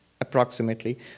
approximately